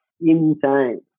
insane